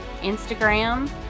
Instagram